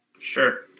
Sure